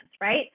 right